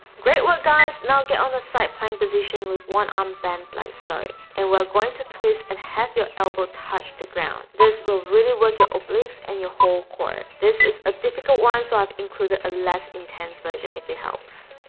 great work guys now get on a side plank position with one arm bent like so and we're going to twist and have your elbow touch the ground this will really work your obliques and your whole core. this is a difficult one so i've included a less intense version if it helps